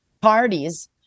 parties